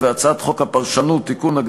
בהצעת חוק הפרשנות (תיקון,